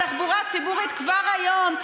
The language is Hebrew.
התחבורה הציבורית כבר היום,